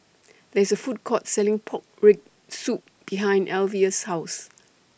There IS A Food Court Selling Pork Rib Soup behind Alvia's House